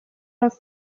los